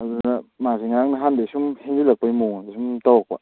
ꯑꯗꯨꯅ ꯃꯥꯒꯤ ꯉꯔꯥꯡ ꯅꯍꯥꯟꯗꯩ ꯁꯨꯝ ꯍꯦꯟꯖꯤꯜꯂꯛꯄꯩ ꯃꯑꯣꯡꯗ ꯁꯨꯝ ꯇꯧꯔꯛꯄ